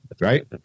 Right